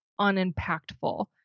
unimpactful